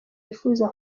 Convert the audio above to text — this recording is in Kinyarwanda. yifuza